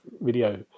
video